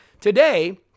today